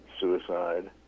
suicide